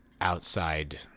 outside